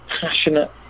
passionate